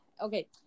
okay